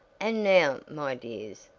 and now, my dears,